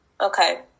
Okay